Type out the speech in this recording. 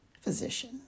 physician